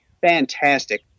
fantastic